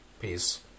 peace